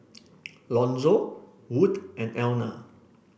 Lonzo Wood and Elna